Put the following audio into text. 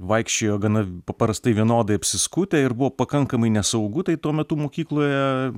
vaikščiojo gana paprastai vienodai apsiskutę ir buvo pakankamai nesaugu tai tuo metu mokykloje